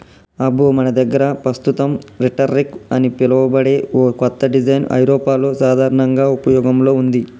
అబ్బో మన దగ్గర పస్తుతం రీటర్ రెక్ అని పిలువబడే ఓ కత్త డిజైన్ ఐరోపాలో సాధారనంగా ఉపయోగంలో ఉంది